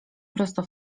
prosto